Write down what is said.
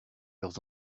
leurs